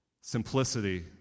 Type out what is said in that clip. simplicity